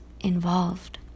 involved